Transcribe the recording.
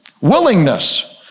Willingness